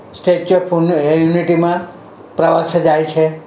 statue of યુનિટીમાં પ્રવાસીઓ જાય છે